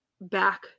back